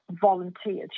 volunteers